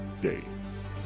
days